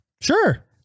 Sure